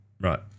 Right